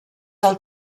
del